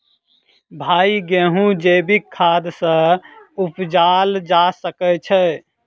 भाई गेंहूँ जैविक खाद सँ उपजाल जा सकै छैय?